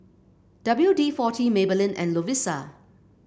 W D forty Maybelline and Lovisa